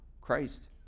Christ